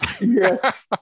Yes